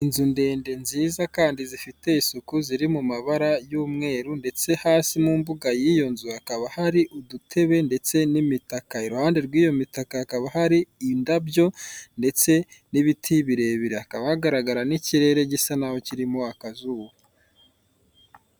Urupapuro rusa ubururu ruriho intoki ziri kwandika kuri mudasobwa, hariho amagambo avuga ngo uburyo ki wakohereza ibintu kuri murandasi, ukoresheje mudasobwa.